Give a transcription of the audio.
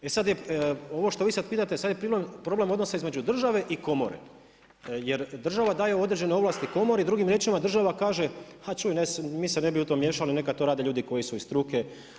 E sad, ovo što vi pitate sada je problem odnosa između države i komore jer država daje određene ovlasti komori, drugim riječima država kaže a čuj, mi se ne bi u tom miješali, neka to rade ljudi koji su iz struke.